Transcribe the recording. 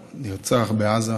שנרצח השבוע בעזה,